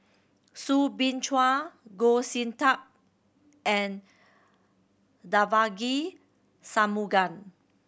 Soo Bin Chua Goh Sin Tub and Devagi Sanmugam